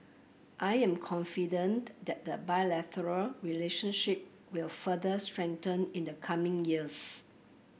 I am confident that the bilateral relationship will further strengthen in the coming years